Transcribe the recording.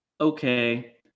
Okay